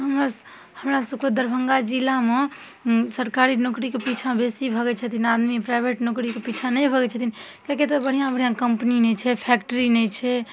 हमर हमरासभके दरभङ्गा जिलामे सरकारी नौकरीके पिछाँ बेसी भागै छथिन आदमी प्राइवेट नौकरीके पिछाँ नहि भागै छथिन लेकिन एतऽ बढ़िआँ बढ़िआँ कम्पनी नहि छै फैक्ट्री नहि छै